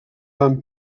van